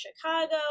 chicago